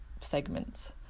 segments